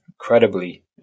incredibly